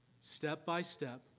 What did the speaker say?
step-by-step